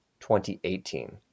2018